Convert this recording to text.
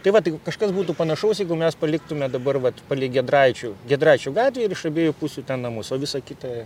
tai vat jeigu kažkas būtų panašaus jeigu mes paliktume dabar vat palei giedraičių giedraičių gatvę ir iš abiejų pusių ten namus o visa kita